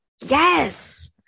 yes